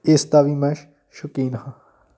ਇਸ ਦਾ ਵੀ ਮੈਂ ਸ਼ੌਕੀਨ ਹਾਂ